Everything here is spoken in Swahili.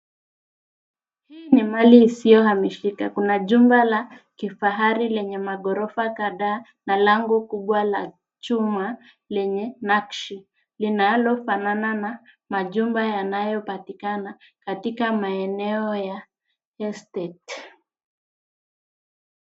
Hii ni mali isiyohamishika, kuna jumba la kifahari lenye maghorofa kadhaa na lango kubwa la chuma lenye nakshi linalofanana na majumba ya majumba yanayopatikana katika maeneo ya estate .